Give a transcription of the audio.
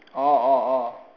orh orh orh